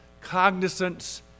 cognizance